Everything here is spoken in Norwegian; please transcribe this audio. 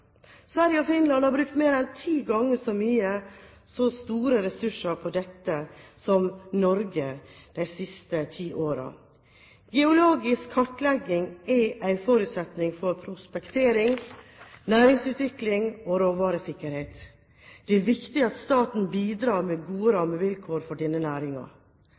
Sverige og Finland har brukt mer enn ti ganger så store ressurser på dette som Norge de siste ti årene. Geologisk kartlegging er en forutsetning for prospektering, næringsutvikling og råvaresikkerhet. Det er viktig at staten bidrar med gode rammevilkår for